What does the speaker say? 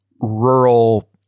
rural